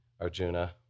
Arjuna